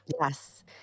Yes